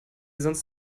sonst